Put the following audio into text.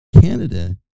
Canada